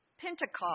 Pentecost